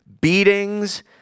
beatings